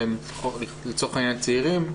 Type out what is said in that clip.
שהם לצורך העניין צעירים,